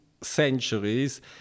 centuries